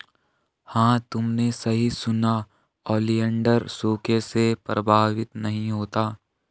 हां तुमने सही सुना, ओलिएंडर सूखे से प्रभावित नहीं होता